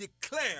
declare